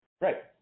Right